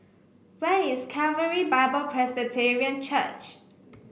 where is Calvary Bible Presbyterian Church